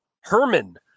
Herman